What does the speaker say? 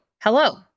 Hello